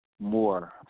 more